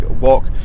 walk